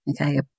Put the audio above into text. okay